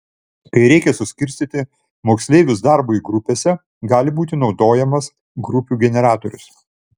kai reikia suskirstyti moksleivius darbui grupėse gali būti naudojamas grupių generatorius